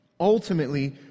ultimately